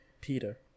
Peter